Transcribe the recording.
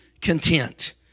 content